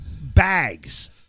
Bags